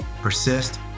persist